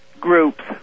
groups